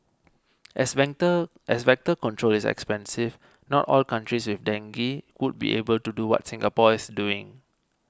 as Vector as Vector control is expensive not all countries with dengue would be able to do what Singapore is doing